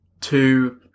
two